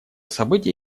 событие